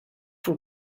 for